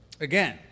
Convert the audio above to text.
Again